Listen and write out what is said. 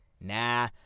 Nah